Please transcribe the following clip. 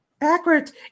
Backwards